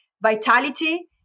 vitality